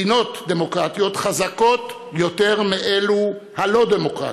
מדינות דמוקרטיות חזקות יותר מאלו הלא-דמוקרטיות,